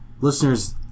listeners